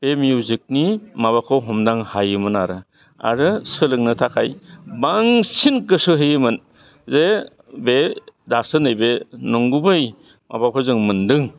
बे मिउजिकनि माबाखौ हमदांनो हायोमोन आरो आरो सोलोंनो थाखाय बांसिन गोसो होयोमोन जे बे दासो नैबे नंगुबै माबाखौ जों मोन्दों